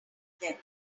them